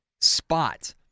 spot